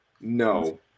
No